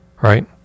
Right